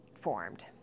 formed